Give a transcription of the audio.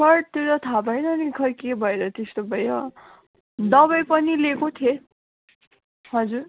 sir त्यो त थाहा भएन नी खोइ के भएर भयो दबाई पनि लिएको थिएँ हजुर